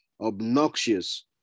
obnoxious